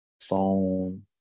phone